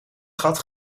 gat